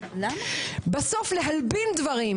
בסוף להלבין דברים